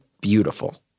beautiful